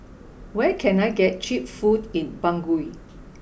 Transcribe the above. where can I get cheap food in Bangui